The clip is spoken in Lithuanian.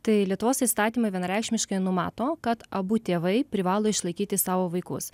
tai lietuvos įstatymai vienareikšmiškai numato kad abu tėvai privalo išlaikyti savo vaikus